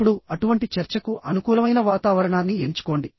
ఇప్పుడు అటువంటి చర్చకు అనుకూలమైన వాతావరణాన్ని ఎంచుకోండి